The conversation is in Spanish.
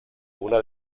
una